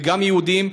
וגם יהודים,